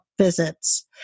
visits